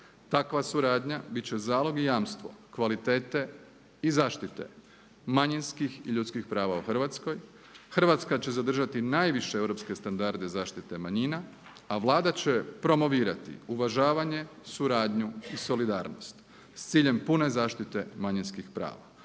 Takva suradnja biti će zalog i jamstvo kvalitete i zaštite manjinskih i ljudskih prava u Hrvatskoj. Hrvatska će zadržati najviše europske standarde zaštite manjina a Vlada će promovirati uvažavanje, suradnju i solidarnost s ciljem pune zaštite manjinskih prava.